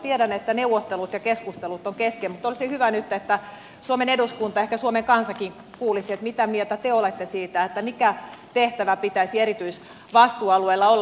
tiedän että neuvottelut ja keskustelut ovat kesken mutta olisi hyvä nyt että suomen eduskunta ehkä suomen kansakin kuulisi mitä mieltä te olette siitä mikä tehtävä pitäisi erityisvastuualueilla olla